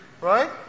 Right